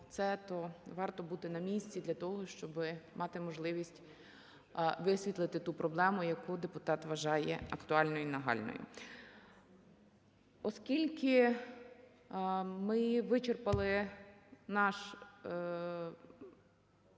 то варто бути на місці для того, щоби мати можливість висвітлити ту проблему, яку депутат вважає актуальною і нагальною. Оскільки ми вичерпали нашу